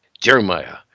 Jeremiah